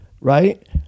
right